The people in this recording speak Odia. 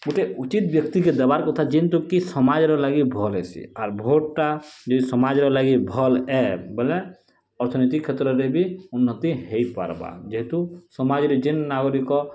ଗୋଟେ ଉଚିତ୍ ବ୍ୟକ୍ତି କି ଦେବାର୍ କଥା ଯେନ୍ତୁ କି ସମାଜ୍ର ଲାଗି ଭଲ୍ ହେସି ଆର ଭୋଟ୍ଟା ଯଦି ସମାଜର ଲାଗି ଭଲ୍ ଏ ବୋଲେ ଅର୍ଥନୀତି କ୍ଷେତ୍ରରେ ବି ଉନ୍ନତି ହୋଇପାର୍ବା ଯେହେତୁ ସମାଜରେ ଯେନ୍ ନାଗରିକ